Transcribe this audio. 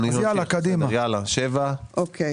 7. אוקיי.